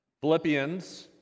Philippians